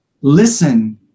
listen